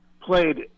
played